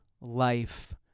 life